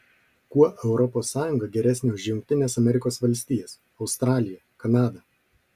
kuo europos sąjunga geresnė už jungtines amerikos valstijas australiją kanadą